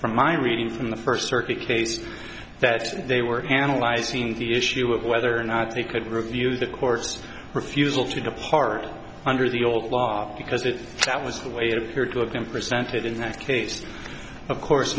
from i'm reading from the first circuit case that they were analyzing the issue of whether or not they could review the court's refusal to depart under the old law because if that was the way it appeared to have been presented in that case of course